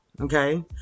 Okay